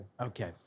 Okay